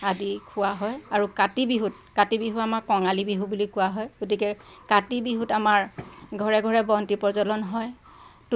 আদি খোৱা হয় আৰু কাতি বিহুত কাতি বিহুক আমাৰ কঙালী বিহু বুলি কোৱা হয় গতিকে কাতি বিহুত আমাৰ ঘৰে ঘৰে বন্তি প্ৰজ্বলন হয়